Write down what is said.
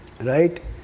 right